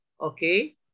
Okay